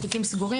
או תיקים סגורים.